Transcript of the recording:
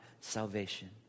salvation